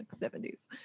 70s